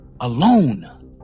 alone